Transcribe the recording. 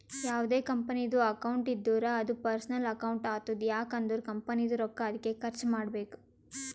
ಯಾವ್ದೇ ಕಂಪನಿದು ಅಕೌಂಟ್ ಇದ್ದೂರ ಅದೂ ಪರ್ಸನಲ್ ಅಕೌಂಟ್ ಆತುದ್ ಯಾಕ್ ಅಂದುರ್ ಕಂಪನಿದು ರೊಕ್ಕಾ ಅದ್ಕೆ ಖರ್ಚ ಮಾಡ್ಬೇಕು